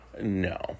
No